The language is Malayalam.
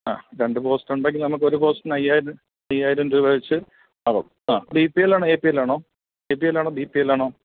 ആ രണ്ട് പോസ്റ്റ് ഉണ്ടെങ്കിൽ നമുക്ക് ഒരു പോസ്റ്റിന് അയ്യായിരം അയ്യായിരം രൂപ വെച്ച് ആവും ആ ബി പി എൽ ആണോ എ പി എൽ ആണോ എ പി എൽ ആണോ ബി പി എൽ ആണോ